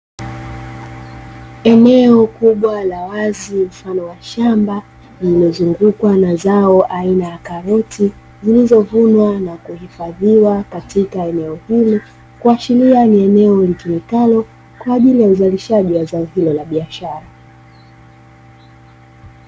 Eneo kubwa la wazi mfano wa shamba lililozungukwa na zao aina ya karoti, zilizovunwa na kuhifadhiwa katika eneo hili kuashiria ni eneo litumikalo kwa ajili ya uzalishaji wa zao hilo la biashara.